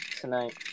tonight